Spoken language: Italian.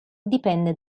dipende